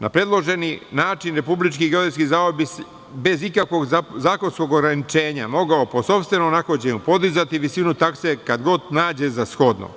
Na predloženi način Republički geodetski zavod bi bez ikakvog zakonskog ograničenja mogao po sopstvenom nahođenju podizati visinu takse, kada god nađe za shodno.